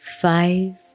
five